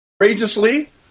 courageously